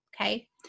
okay